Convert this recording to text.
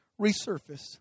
resurface